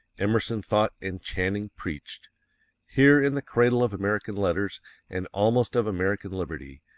emerson thought and channing preached here, in the cradle of american letters and almost of american liberty,